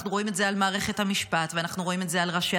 אנחנו רואים את זה על מערכת המשפט ואנחנו רואים את זה על ראשי